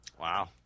wow